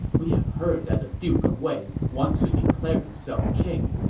we've heard that the duke of wei wants to declare himself king.